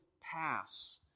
pass